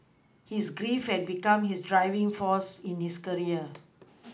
his grief had become his driving force in his career